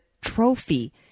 trophy